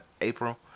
April